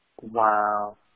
Wow